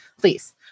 please